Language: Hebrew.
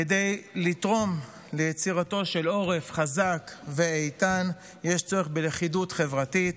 כדי לתרום ליצירתו של עורף חזק ואיתן יש צורך בלכידות חברתית,